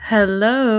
Hello